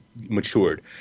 matured